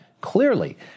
Clearly